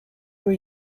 were